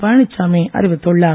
பழனிச்சாமி அறிவித்துள்ளார்